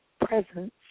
presence